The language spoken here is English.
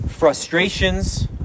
frustrations